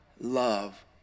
love